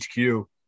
HQ